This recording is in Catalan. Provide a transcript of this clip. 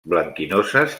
blanquinoses